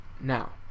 Now